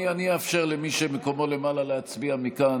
אני אאפשר למי שמקומו למעלה להצביע מכאן,